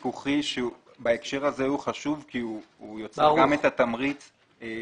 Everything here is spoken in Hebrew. זה נושא פיקוחי שבהקשר הזה הוא חשוב כי הוא יוצר גם את התמריץ לקבוע.